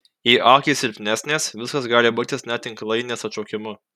jei akys silpnesnės viskas gali baigtis net tinklainės atšokimu